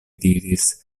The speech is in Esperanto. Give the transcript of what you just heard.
diris